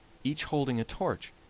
each holding a torch.